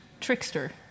trickster